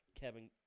Kevin –